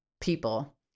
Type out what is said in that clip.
people